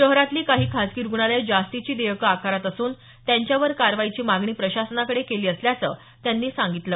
शहरातली काही खाजगी रुग्णालयं जास्तीची देयकं आकारत असून त्यांच्यावर कारवाईची मागणी प्रशासनाकडे केली असल्याचं त्यांनी सांगितलं